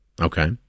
Okay